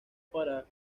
para